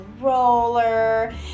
roller